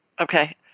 Okay